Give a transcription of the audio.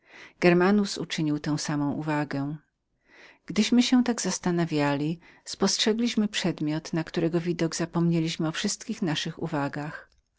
germanus uczynił tęż samą uwagę gdyśmy się tak zastanawiali spostrzegliśmy przedmiot na widok którego zapomnieliśmy o wszystkich naszych uwagach